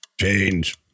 Change